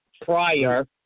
prior